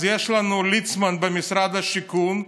אז יש לנו ליצמן במשרד השיכון,